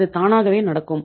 அது தானாகவே நடக்கும்